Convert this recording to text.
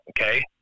okay